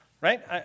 Right